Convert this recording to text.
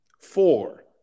Four